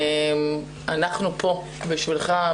אנחנו פה בשבילך,